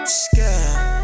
scared